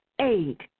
Eight